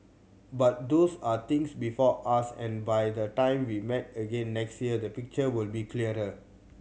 but these are things before us and by the time we meet again next year the picture will be clearer